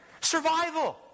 Survival